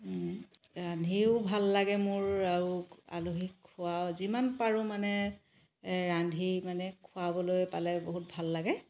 ৰান্ধিও ভাল লাগে মোৰ আৰু আলহীক খোৱা যিমান পাৰো মানে ৰান্ধি মানে খোৱাবলৈ পালে বহুত ভাল লাগে